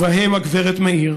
ובהם של הגברת מאיר: